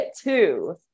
two